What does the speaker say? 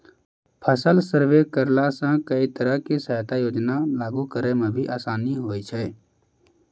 फसल सर्वे करैला सॅ कई तरह के सहायता योजना लागू करै म भी आसानी होय छै